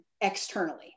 externally